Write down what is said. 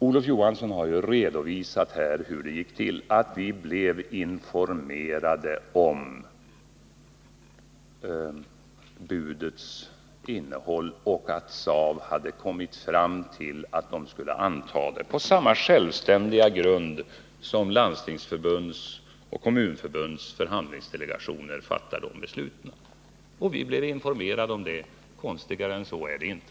Olof Johansson har redovisat hur det gick till när vi blev informerade om budets innehåll och att SAV hade kommit fram till att man skulle anta det på samma självständiga grund som Landstingsförbundets och Kommunförbundets förhandlingsdelegationer utgick från när de fattade sina beslut. Vi blev alltså informerade om saken — konstigare än så är det inte.